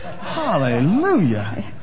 Hallelujah